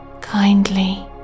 kindly